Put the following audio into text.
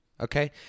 okay